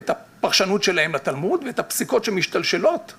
את הפרשנות שלהם לתלמוד ואת הפסיקות שמשתלשלות